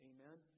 Amen